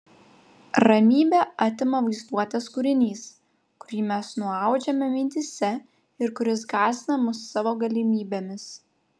ramybę atima vaizduotės kūrinys kurį mes nuaudžiame mintyse ir kuris gąsdina mus savo galimybėmis